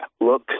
look